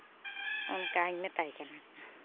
ᱚᱱᱠᱟᱧ ᱢᱮᱛᱟᱭ ᱠᱟᱱᱟ